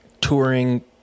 touring